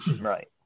Right